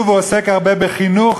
"שובו" עוסק הרבה בחינוך,